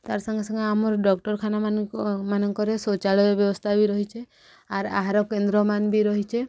ତାର୍ ସାଙ୍ଗେ ସାଙ୍ଗେ ଆମର ଡକ୍ଟରଖାନାମାନ ମାନଙ୍କରେ ଶୌଚାଳୟ ବ୍ୟବସ୍ଥା ବି ରହିଛେ ଆର୍ ଆହାର କେନ୍ଦ୍ରମାନ ବି ରହିଛେ